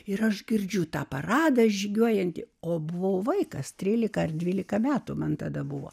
ir aš girdžiu tą paradą žygiuojantį o buvau vaikas trylika ar dvylika metų man tada buvo